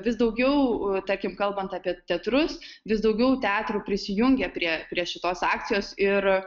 vis daugiau tarkim kalbant apie teatrus vis daugiau teatrų prisijungia prie prie šitos akcijos ir